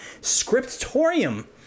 scriptorium